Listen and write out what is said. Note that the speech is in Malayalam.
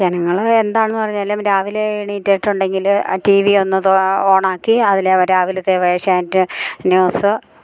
ജനങ്ങള് എന്താണെന്ന് പറഞ്ഞാലും രാവിലെ എണീറ്റിട്ടുണ്ടെങ്കിൽ ആ ടി വി ഒന്ന് ഓൺ ആക്കി അതില് രാവിലത്തെ ഏഷ്യാനെറ്റ് ന്യൂസ്